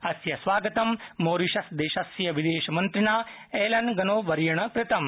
अस्य स्वागतं मॉरीशसदेशस्य वित्तमन्त्रिणा एलन गनो वर्येण कृतम्